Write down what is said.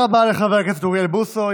תודה רבה לחבר הכנסת אוריאל בוסו.